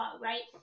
right